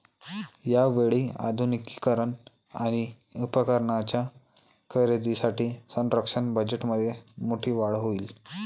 यावेळी आधुनिकीकरण आणि उपकरणांच्या खरेदीसाठी संरक्षण बजेटमध्ये मोठी वाढ होईल